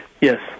Yes